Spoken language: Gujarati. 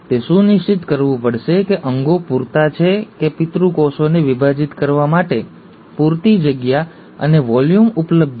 તે સુનિશ્ચિત કરવું પડશે કે અંગો પૂરતા છે કે પિતૃ કોષને વિભાજિત કરવા માટે પૂરતી જગ્યા અને વોલ્યુમ ઉપલબ્ધ છે